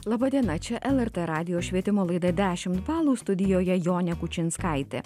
laba diena čia lrt radijo švietimo laida dešimt balų studijoje jonė kučinskaitė